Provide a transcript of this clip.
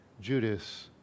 Judas